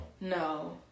No